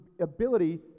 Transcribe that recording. ability